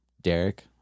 derek